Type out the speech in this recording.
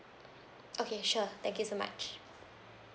okay sure thank you so much